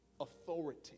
authority